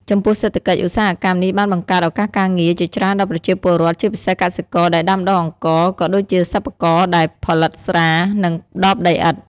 ចំពោះសេដ្ឋកិច្ច ឧស្សាហកម្មនេះបានបង្កើត ឱកាសការងារ ជាច្រើនដល់ប្រជាពលរដ្ឋ ជាពិសេសកសិករដែលដាំដុះអង្ករ ក៏ដូចជាសិប្បករដែលផលិតស្រា និងដបដីឥដ្ឋ។